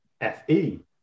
F-E